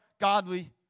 godly